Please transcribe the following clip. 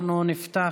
אנחנו נפתח